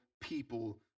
people